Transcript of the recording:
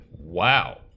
Wow